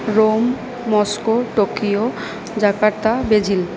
Rome Moscow Tokyo Jakarta Brazil